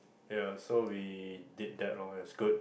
ya so we did that loh that's good